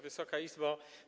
Wysoka Izbo!